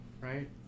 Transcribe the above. right